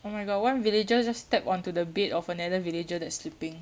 oh my god one villager just stepped onto the bed of another villager that's sleeping